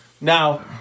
Now